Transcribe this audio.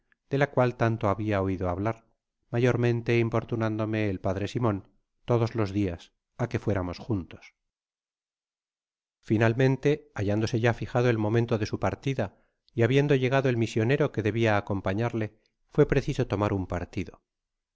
de la cual tan to habia oido hablar mayormente importunándome el par dre simon todos los dias á que fuéramos juntos finalmente hallándose ya fijado el momento de su partida y habiendo llegado el misionero que debia acompañarle até preciso tomar no partido